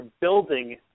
building